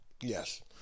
Yes